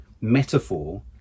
metaphor